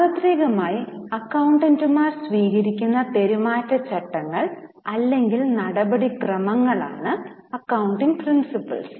സാർവത്രികമായി അക്കൌണ്ടന്റുമാർ സ്വീകരിക്കുന്ന പെരുമാറ്റച്ചട്ടങ്ങൾ അല്ലെങ്കിൽ നടപടിക്രമങ്ങൾ ആണ് അക്കൌണ്ടിംഗ് പ്രിൻസിപ്പൽസ്